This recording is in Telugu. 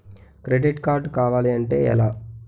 క్రెడిట్ కార్డ్ కావాలి అంటే ఎలా?